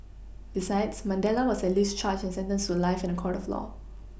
besides Mandela was at least charged and sentenced to life in a court of law